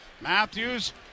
Matthews